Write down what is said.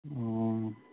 ꯑꯣ